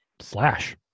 Slash